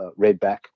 Redback